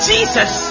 Jesus